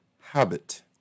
habit